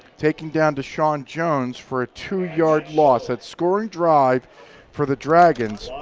taking down deshawn jones for a two yard loss. that scoring drive for the dragons